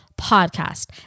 podcast